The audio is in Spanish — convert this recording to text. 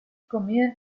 comida